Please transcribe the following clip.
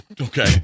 Okay